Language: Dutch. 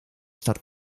staat